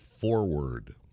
forward